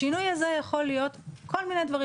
השינוי הזה יכול להיות כל מיני דברים.